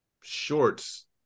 shorts